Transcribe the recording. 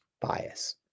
bias